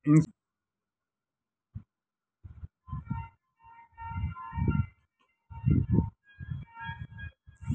Insurance ಕಂತನ್ನ ಮನೆ ಸಾಲದ ಕಂತಿನಾಗ ಸೇರಿಸಿ ಕಟ್ಟಬೋದ?